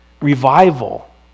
Revival